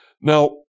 Now